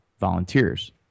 volunteers